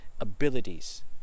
abilities